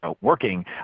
working